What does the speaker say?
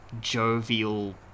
jovial